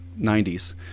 90s